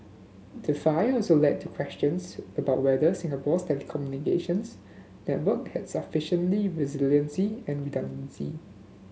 the fire also led to questions about whether Singapore's telecommunications network had sufficient resiliency and redundancy